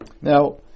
Now